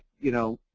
you know,